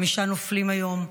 חמישה נופלים היום,